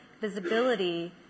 visibility